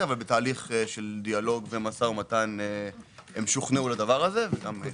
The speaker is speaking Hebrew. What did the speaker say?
בתהליך של דיאלוג ומשא ומתן הם שוכנעו לכך.